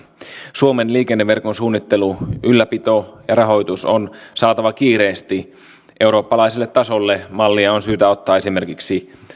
suomen liikenneverkon suunnittelu ylläpito ja rahoitus on saatava kiireesti eurooppalaiselle tasolle mallia on syytä ottaa esimerkiksi